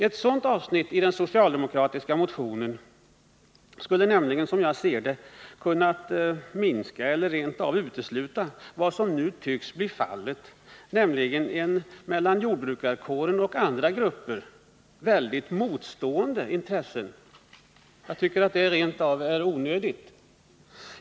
Ett sådant avsnitt i den socialdemokratiska motionen skulle, som jag ser det, kunna minska eller rent av utesluta vad som nu tycks bli fallet, nämligen mellan jordbrukarkåren och andra grupper motstående intressen, och som jag tycker är onödigt.